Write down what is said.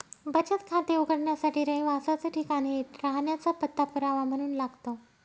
बचत खाते उघडण्यासाठी रहिवासाच ठिकाण हे राहण्याचा पत्ता पुरावा म्हणून लागतो